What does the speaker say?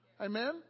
Amen